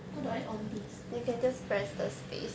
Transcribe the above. how do I on this